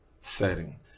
setting